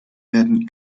werden